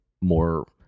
more